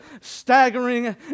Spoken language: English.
staggering